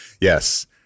yes